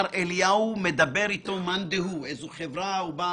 שאין אמירה יותר בעייתית מלומר למאן דהוא: אח שלי,